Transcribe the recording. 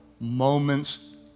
moments